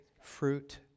fruit